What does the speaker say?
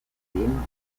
ansehen